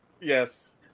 Yes